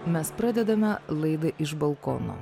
mes pradedame laidą iš balkono